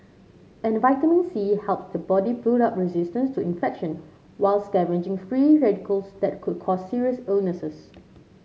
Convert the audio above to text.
and vitamin C helps the body build up resistance to infection while scavenging free radicals that could cause serious illnesses